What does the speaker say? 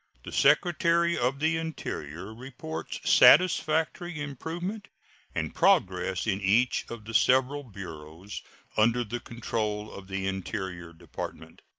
the secretary of the interior reports satisfactory improvement and progress in each of the several bureaus under the control of the interior department.